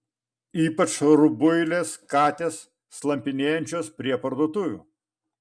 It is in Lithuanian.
ypač rubuilės katės slampinėjančios prie parduotuvių